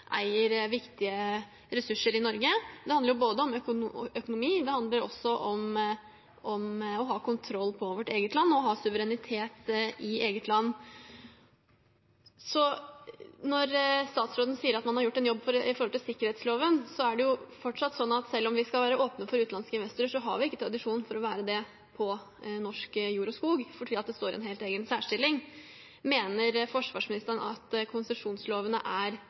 viktige ressurser i Norge. Det handler om økonomi, og det handler også om å ha kontroll og suverenitet i vårt eget land. Når statsråden sier at man har gjort en jobb med hensyn til sikkerhetsloven, er det fortsatt sånn at selv om vi skal være åpne for utenlandske investorer, har vi ikke tradisjon for å være det på norsk jord og skog fordi det står i en helt egen særstilling. Mener forsvarsministeren at konsesjonslovene er